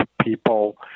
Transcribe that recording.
people